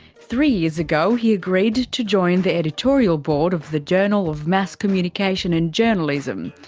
three years ago he agreed to join the editorial board of the journal of mass communication and journalism,